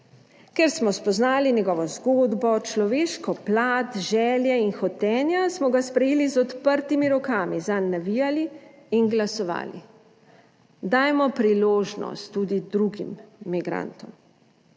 Ker smo spoznali njegovo zgodbo, človeško plat, želje in hotenja, smo ga sprejeli z odprtimi rokami, zanj navijali in glasovali. Dajmo priložnost tudi drugim migrantom.